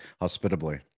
hospitably